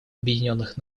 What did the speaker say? объединенных